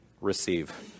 receive